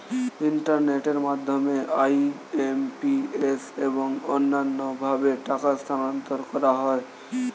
ইন্টারনেটের মাধ্যমে আই.এম.পি.এস এবং অন্যান্য ভাবে টাকা স্থানান্তর করা যায়